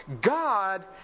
God